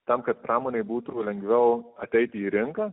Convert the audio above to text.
tam kad pramonei būtų lengviau ateiti į rinką